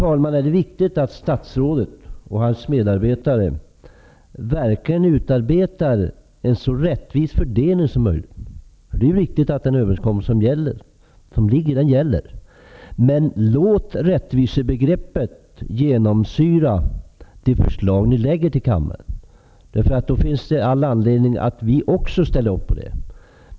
Då är det viktigt att statsrådet och hans medarbetare verkligen utarbetar en så rättvis fördelning som möjligt. Det är ju väsentligt att den överenskommelse som är träffad verkligen gäller. Låt rättvisebegreppet genomsyra de förslag som ni lägger fram inför kammaren! Då finns det all anledning också för oss att ställa upp på förslagen.